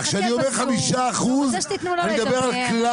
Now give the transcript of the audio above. הוא רוצה שתיתנו לו לדבר,